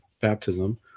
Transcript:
baptism